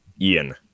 Ian